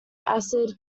acid